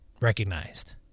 recognized